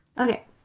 Okay